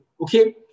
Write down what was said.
Okay